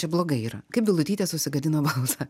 čia blogai yra kaip vilutytė susigadino balsą